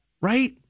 right